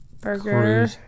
Burger